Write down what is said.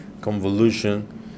convolution